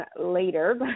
later